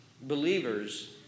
believers